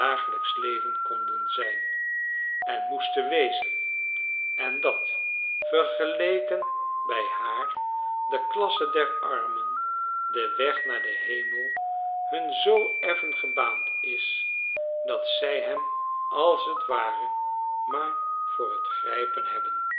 dagelijksch leven konden zijn en moesten wezen en dat vergeleken by haar de klasse der armen de weg naar den hemel hun zoo effen gebaand is dat zij hem als t ware maar voor t grijpen hebben